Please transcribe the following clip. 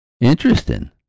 interesting